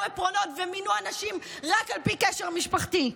עפרונות ומינו אנשים רק על פי קשר משפחתי.